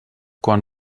quan